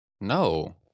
No